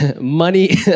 money